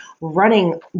running